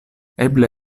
eble